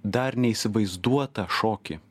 dar neįsivaizduotą šokį